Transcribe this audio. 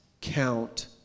count